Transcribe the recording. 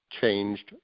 changed